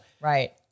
Right